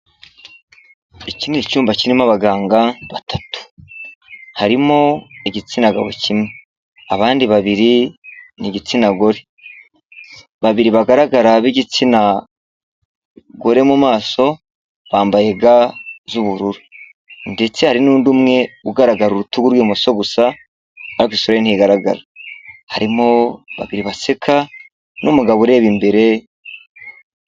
Iki ni icyumba kirimo abaganga batatu, harimo igitsina gabo kimwe, abandi babiri ni igitsina gore. Babiri bagaragara b'igitsina gore mu maso, bambaye ga z'ubururu ndetse hari n'undi umwe ugaragara urutugu rw'ibumoso gusa, ariko isura ntigaragara. Harimo babiri baseka n'umugabo ureba imbere